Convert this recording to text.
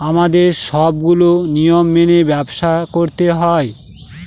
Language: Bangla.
আমাদের সবগুলো নিয়ম মেনে ব্যবসা করতে হয়